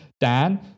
Dan